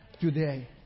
today